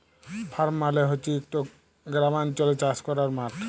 farm মালে হছে ইকট গেরামাল্চলে চাষ ক্যরার মাঠ